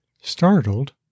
Startled